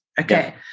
Okay